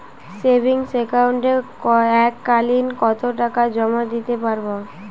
Savings একাউন্টে এক কালিন কতটাকা জমা দিতে পারব?